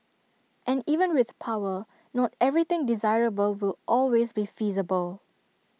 and even with power not everything desirable will always be feasible